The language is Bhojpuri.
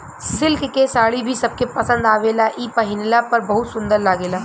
सिल्क के साड़ी भी सबके पसंद आवेला इ पहिनला पर बहुत सुंदर लागेला